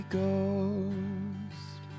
Ghost